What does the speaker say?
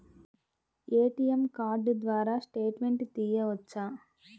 ATM card ద్వారా statement తీయవచ్చా?